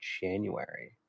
January